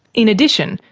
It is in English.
in addition,